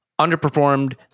Underperformed